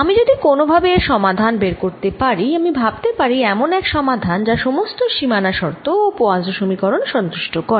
আমি যদি কোন ভাবে এর সমাধান বের করতে পারি আমি ভাবতে পারি এমন এক সমাধান যা সমস্ত সীমানা শর্ত ও পোয়াসোঁ সমীকরণ সন্তুষ্ট করে